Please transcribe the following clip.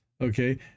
Okay